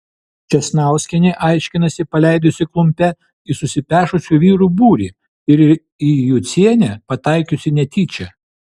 česnauskienė aiškinasi paleidusi klumpe į susipešusių vyrų būrį ir į jucienę pataikiusi netyčia